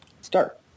Start